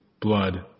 blood